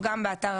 גם בלשכות,